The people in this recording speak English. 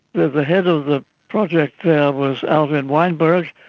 the the head of the project there was alvin weinberg.